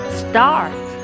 start